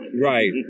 right